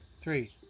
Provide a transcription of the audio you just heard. three